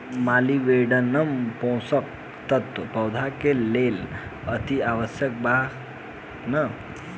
Molybdenum पोषक तत्व पौधा के लेल अतिआवश्यक बा या न?